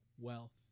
wealth